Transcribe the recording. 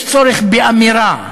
יש צורך באמירה,